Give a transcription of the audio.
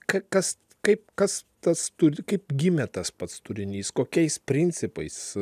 kas kaip kas tas turi kaip gimė tas pats turinys kokiais principais